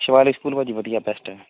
Shivalik school ਭਾ ਜੀ ਵਧੀਆ ਬੈਸਟ ਹੈ